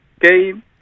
game